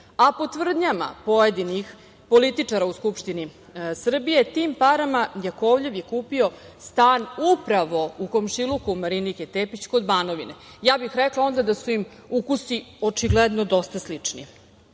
a po tvrdnjama pojedinih političara u Skupštini Srbije, tim parama Jakovljev je kupio stan upravo u komšiluku Marinike Tepić, kod Banovine. Ja bih rekla onda da su im ukusi očigledno dosta slični. Nije